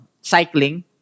cycling